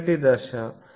ఇది మొదటి దశ